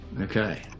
Okay